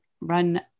run